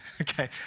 okay